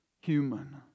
human